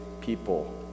people